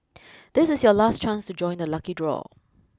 this is your last chance to join the lucky draw